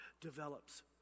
develops